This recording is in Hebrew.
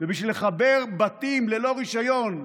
ובשביל לחבר בתים ללא רישיון לחשמל,